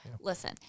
Listen